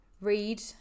read